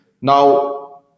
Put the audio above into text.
Now